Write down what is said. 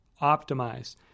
optimize